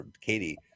Katie